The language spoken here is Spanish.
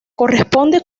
corresponde